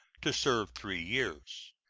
to serve three years.